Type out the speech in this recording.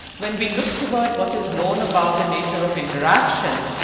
when we look toward what is known about the nature of interaction,